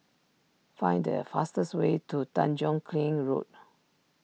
find the fastest way to Tanjong Kling Road